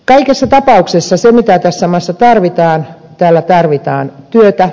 kaikessa tapauksessa se mitä tässä maassa tarvitaan on työ ja toimeentulo